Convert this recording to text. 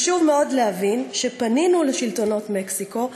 חשוב מאוד להבין שפנינו לשלטונות מקסיקו,